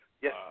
yes